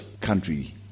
country